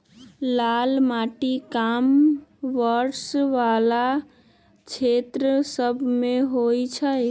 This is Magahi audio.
लाल माटि कम वर्षा वला क्षेत्र सभमें होइ छइ